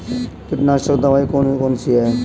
कीटनाशक दवाई कौन कौन सी हैं?